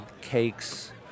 cakes